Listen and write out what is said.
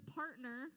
partner